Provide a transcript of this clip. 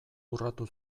urratu